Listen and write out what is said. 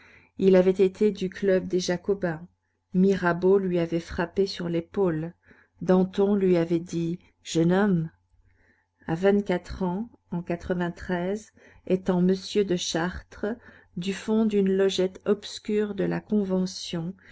il avait été du club des jacobins mirabeau lui avait frappé sur l'épaule danton lui avait dit jeune homme à vingt-quatre ans en étant m de chartres du fond d'une logette obscure de la convention